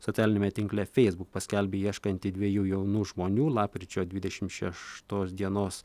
socialiniame tinkle facebook paskelbė ieškanti dviejų jaunų žmonių lapkričio dvidešimt šeštos dienos